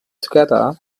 together